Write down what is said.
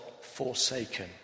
forsaken